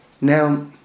Now